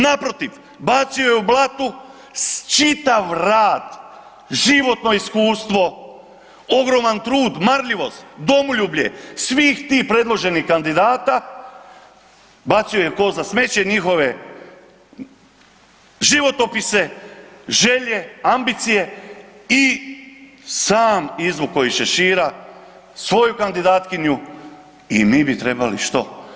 Naprotiv, bacio je u blato čitav rad, životno iskustvo, ogroman trud, marljivost, domoljublje svih tih predloženih kandidata, bacio je u koš za smeće i njihove životopise, želje, ambicije i sam izvukao iz šešira svoju kandidatkinju i mi bi trebali, što?